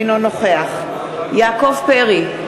אינו נוכח יעקב פרי,